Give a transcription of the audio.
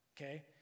okay